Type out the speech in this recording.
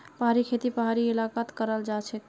पहाड़ी खेती पहाड़ी इलाकात कराल जाछेक